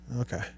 Okay